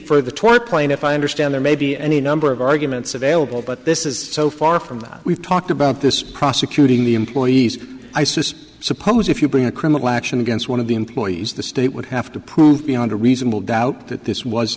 twenty plaintiff i understand there may be any number of arguments available but this is so far are from that we've talked about this prosecuting the employees i says suppose if you bring a criminal action against one of the employees the state would have to prove beyond a reasonable doubt that this was